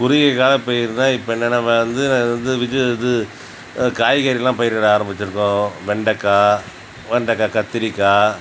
குறுகிய கால பயிர்தான் இப்போ என்னனால் அது வந்து இது வெஜி இது காய்கறிலாம் பயிரிட ஆரம்பித்துருக்கோம் வெண்டைக்காய் வெண்டக்காய் கத்திரிக்காய்